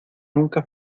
nunca